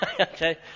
Okay